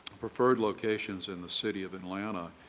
preferred locations in the city of atlanta,